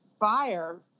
buyer